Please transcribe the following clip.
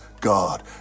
God